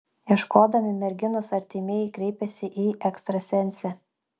ieškodami merginos artimieji kreipėsi į ekstrasensę